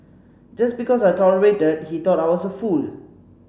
just because I tolerated he thought I was a fool